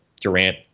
Durant